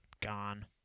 gone